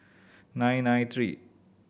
nine nine three